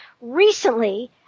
Recently